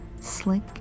slick